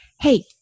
hey